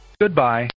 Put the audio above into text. Goodbye